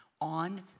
on